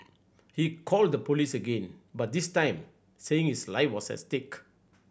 he called the police again but this time saying his life was as stake